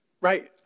right